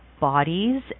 bodies